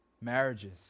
Marriages